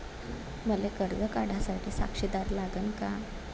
मले कर्ज काढा साठी साक्षीदार लागन का?